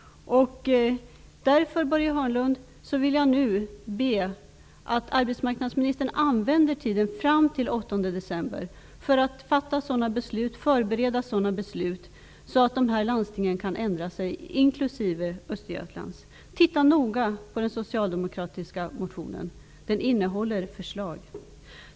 Därför vill jag nu be arbetsmarknadsministern att använda tiden fram till den 8 december till att förbereda och fatta sådana beslut som gör att de här landstingen kan ändra sig, inklusive Östergötlands. Läs noga den socialdemokratiska motionen! Den innehåller förslag.